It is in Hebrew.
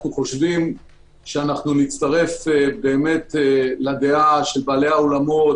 אנחנו חושבים שאנחנו נצטרף לדעה של בעלי האולמות,